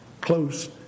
close